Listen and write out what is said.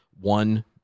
one